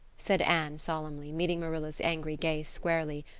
said anne solemnly, meeting marilla's angry gaze squarely.